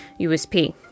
USP